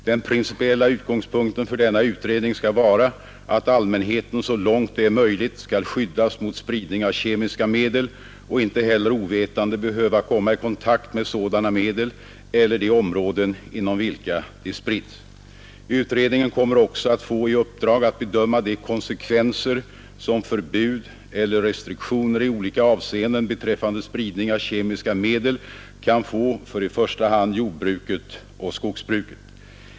Den principiella utgångspunkten för denna utredning skall vara att allmänheten så långt det är möjligt skall skyddas mot spridning av kemiska medel och inte heller ovetande behöva komma i kontakt med sådana medel eller de områden inom vilka de spritts. Utredningen kommer också att få i uppdrag att bedöma de konsekvenser som förbud eller restriktioner i olika avseenden beträffande spridning av kemiska medel kan få för i första hand jordbruket och skogsbruket.